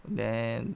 then